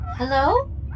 Hello